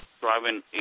driving